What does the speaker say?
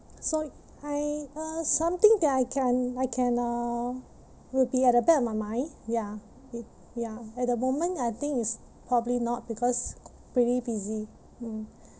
so I uh something that I can I can uh will be at the back of mind ya y~ ya at the moment I think it's probably not because pretty busy mm